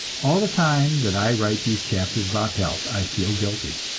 all the time that i write these chapters about health i feel guilty.